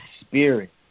Spirit